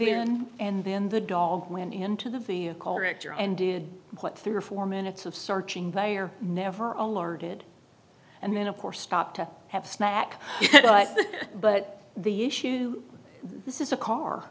an and then the dog went into the vehicle director and did what three or four minutes of searching they are never alerted and then of course stop to have snack but the issue this is a car